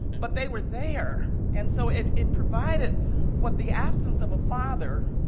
but they were there. and so it it provided what the absence of a father